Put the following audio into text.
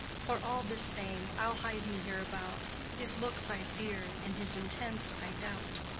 for all this same, i'll hide me hereabout. his looks i fear, and his intents i doubt.